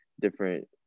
different